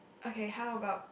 okay how about